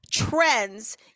trends